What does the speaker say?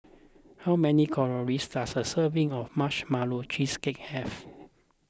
how many calories does a serving of Marshmallow Cheesecake have